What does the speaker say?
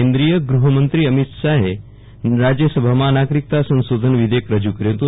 કેન્દ્રિય ગૃહમંત્રી અમીત શાહે રાજ્યસભામાં નાગરિકતા સંશોધન વિધેયક રજૂ કર્યું હતું